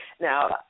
Now